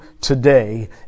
today